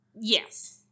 Yes